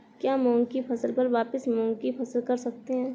क्या मूंग की फसल पर वापिस मूंग की फसल कर सकते हैं?